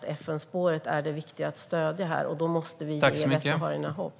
Det är viktigt att stödja FN-spåret. Då måste vi ge västsaharierna hopp.